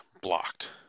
blocked